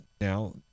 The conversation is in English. now